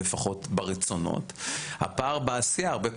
לפחות ברצונות הפער בעשייה הרבה פעמים,